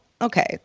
okay